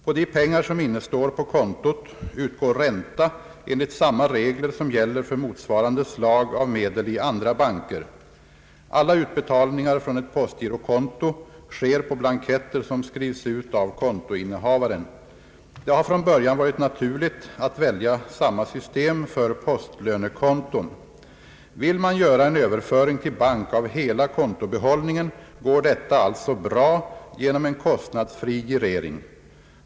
På de pengar som innestår på kontot utgår ränta enligt samma regler som gäller för motsvarande slag av medel i andra banker. Alla utbetalningar från ett postgirokonto sker på blanketter som skrivs ut av kontoinnehavaren. Det har från början varit naturligt att välja samma system för postlönekonton. Vill man göra en överföring till bank av hela kontobehållningen går detta alltså bra genom en kostnadsfri girering.